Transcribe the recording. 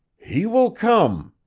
he will come!